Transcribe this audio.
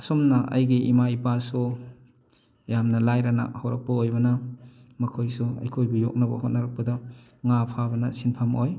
ꯑꯁꯨꯝꯅ ꯑꯩꯒꯤ ꯏꯃꯥ ꯏꯄꯥꯁꯨ ꯌꯥꯝꯅ ꯂꯥꯏꯔꯅ ꯍꯧꯔꯛꯄ ꯑꯣꯏꯕꯅ ꯃꯈꯣꯏꯁꯨ ꯑꯩꯈꯣꯏꯕꯨ ꯌꯣꯛꯅꯕ ꯍꯣꯠꯅꯔꯛꯄꯗ ꯉꯥ ꯐꯥꯕꯅ ꯁꯤꯟꯐꯝ ꯑꯣꯏ